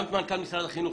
גם את מנכ"ל משרד החינוך.